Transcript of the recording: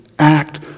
act